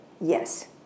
Yes